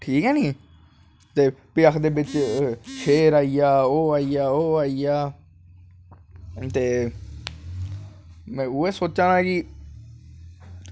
ठीक ऐ नी फिर आखदे बिच्च शेर आईया ओह् आईया ओह् आईया ते में उ'ऐ सोचा दा हा कि